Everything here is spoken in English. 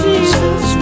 Jesus